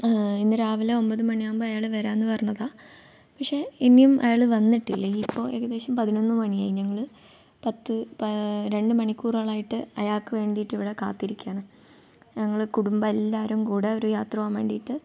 ഇന്ന് രാവിലെ ഒൻപത് മണിയാകുമ്പോൾ അയാൾ വരാമെന്ന് പറഞ്ഞതാണ് പക്ഷേ ഇനിയും അയാൾ വന്നിട്ടില്ല ഇപ്പോൾ ഏകദേശം പതിനൊന്ന് മണി ആയി ഞങ്ങൾ പത്ത് രണ്ടു മണിക്കൂറോളമായിട്ട് അയാൾക്കു വേണ്ടിയിട്ട് ഇവിടെ കാത്തിരിക്കുകയാണ് ഞങ്ങൾ കുടുംബം എല്ലാവരും കൂടെ ഒരു യാത്ര പോകാൻ വേണ്ടിയിട്ട്